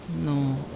No